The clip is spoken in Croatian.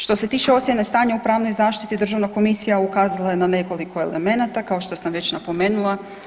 Što se tiče ocjene stanja u pravnoj zaštiti, Državna komisija je ukazala na nekoliko elemenata, kao što sam već napomenula.